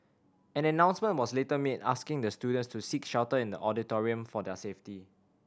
an announcement was later was made asking the students to seek shelter in the auditorium for their safety